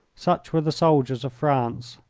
such were the soldiers of france.